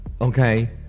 Okay